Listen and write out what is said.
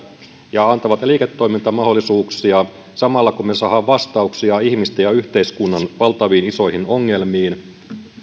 ja antavat liiketoimintamahdollisuuksia samalla kun me saamme vastauksia ihmisten ja yhteiskunnan valtaviin isoihin ongelmiin